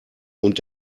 und